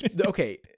Okay